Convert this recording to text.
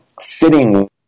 sitting